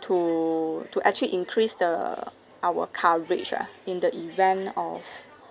to to actually increase the our coverage ah in the event of